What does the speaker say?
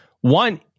one